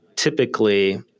Typically